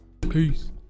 Peace